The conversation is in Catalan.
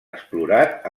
explorat